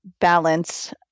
balance